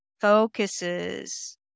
Focuses